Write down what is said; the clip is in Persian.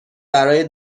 برای